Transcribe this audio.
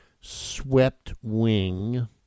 swept-wing